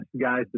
guys